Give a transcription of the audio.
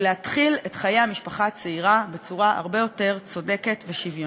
להתחיל את חיי המשפחה הצעירה בצורה הרבה יותר צודקת ושוויונית.